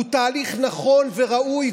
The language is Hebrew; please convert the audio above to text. הוא תהליך נכון וראוי,